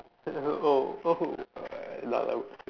oh oh uh loud I would say